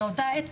באותה עת,